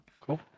cool